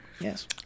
Yes